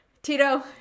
Tito